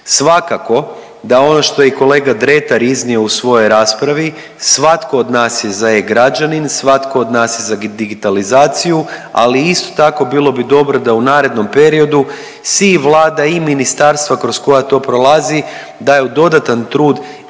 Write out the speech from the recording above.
Svakako da ono što je i kolega Dretar iznio u svojoj u raspravi, svatko od nas je za e-građanin, svatko od nas je za digitalizaciju ali isto tako bilo bi dobro da u narednom periodu svi i Vlada i ministarstva kroz koja to prolazi daju dodatan trud